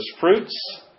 fruits